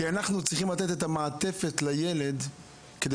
כי אנחנו צריכים לתת את המעטפת לילד כדי